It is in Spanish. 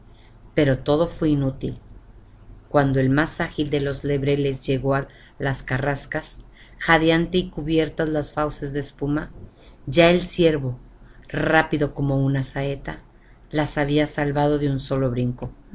pero todo fué inútil cuando el más ágil de los lebreles llegó á las carrascas jadeante y cubiertas las fauces de espuma ya el ciervo rápido como una saeta las había salvado de un solo brinco